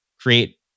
create